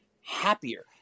happier